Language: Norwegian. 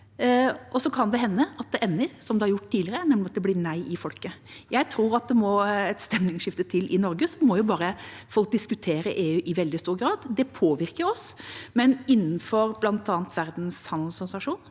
og så kan det hende at det ender slik det har gjort tidligere, nemlig med at det blir nei fra folket. Jeg tror at det må et stemningsskifte til i Norge. Folk må bare diskutere EU i veldig stor grad. Det påvirker oss. Men innenfor bl.a. Verdens handelsorganisasjon